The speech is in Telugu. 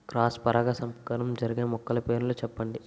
క్రాస్ పరాగసంపర్కం జరిగే మొక్కల పేర్లు చెప్పండి?